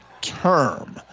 term